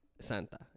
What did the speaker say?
Santa